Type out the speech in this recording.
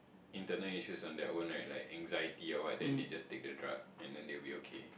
internal issues on their own like like anxiety or what then they just take the drug and then they'll be okay